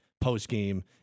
post-game